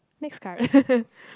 next card